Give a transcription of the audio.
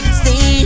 stay